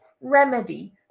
remedy